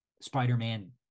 Spider-Man